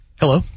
Hello